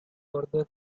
further